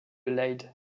leyde